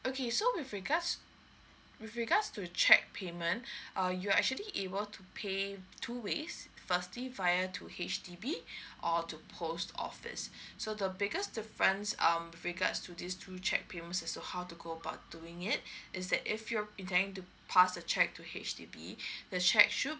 okay so with regards with regards to cheque payment err you are actually able to pay two ways firstly via to H_D_B or to post office so the because the fines um with regards to this two cheques payment is how to go about doing it is that if you're intending to pass the cheque to H_D_B the cheque should